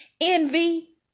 envy